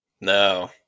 No